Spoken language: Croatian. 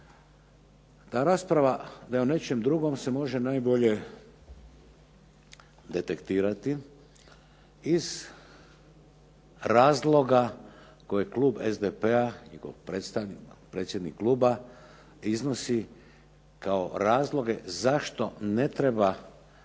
Ta rasprava da je o nečem drugom se može najbolje detektirati iz razloga koje klub SDP-a, njegov predstavnik, predsjednik kluba, iznosi kao razloge zašto ne treba